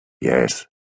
Yes